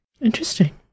Interesting